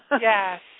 yes